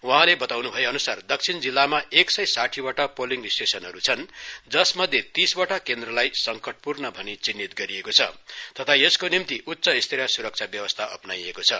वहाँले बताएअन्सार दक्षिण जिल्लामा एक सय साठीबटा पोलिगं स्टेशनहरू छन् जसमध्ये तीसवटा केन्द्रलाई संकटपूर्ण भनी चिन्हित गरिएको छ तथा यसको निम्ति उच्चस्तरीय स्रक्षा व्यवस्था अपनाइएको छ